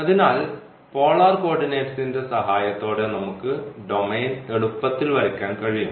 അതിനാൽ പോളാർ കോർഡിനേറ്റ്സിന്റെ സഹായത്തോടെ നമുക്ക് ഡൊമെയ്ൻ എളുപ്പത്തിൽ വരയ്ക്കാൻ കഴിയും